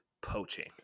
Poaching